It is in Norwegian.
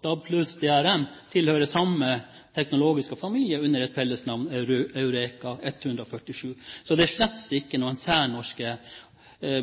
DRM tilhører samme teknologiske familie, under fellesnavnet Eureka 147. Så det er slett ikke noen særnorske